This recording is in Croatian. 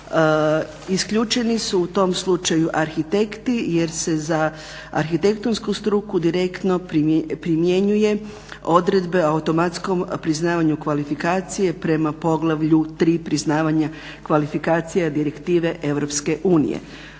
Isključeni su u tom slučaju arhitekti jer se za arhitektonsku struku direktno primjenjuje odredbe o automatskom priznavanju kvalifikacije prema poglavlju 3 priznavanje kvalifikacija direktive